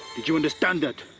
did you understand that.